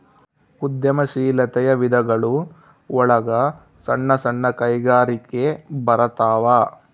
ಉದ್ಯಮ ಶೀಲಾತೆಯ ವಿಧಗಳು ಒಳಗ ಸಣ್ಣ ಸಣ್ಣ ಕೈಗಾರಿಕೆ ಬರತಾವ